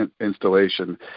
installation